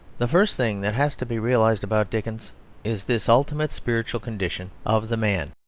the first thing that has to be realised about dickens is this ultimate spiritual condition of the man,